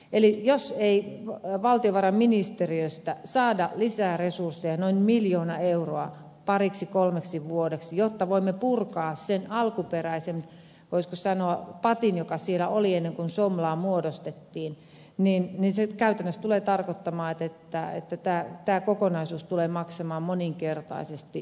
eli jos ei valtiovarainministeriöstä saada lisää resursseja noin miljoona euroa pariksi kolmeksi vuodeksi jotta voimme purkaa sen alkuperäisen voisiko sanoa patin joka siellä oli ennen kuin somlaa muodostettiin niin se käytännössä tulee tarkoittamaan että tämä kokonaisuus tulee maksamaan moninkertaisesti valtiolle